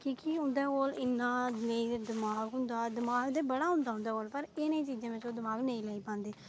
की के उं'दे कोल नां इन्ना दमाग होंदा दमाग ते बड़ा होंदा उं'दे कोल पर एह् नेही चीजें बिच दमाग नेईं लाई पांदे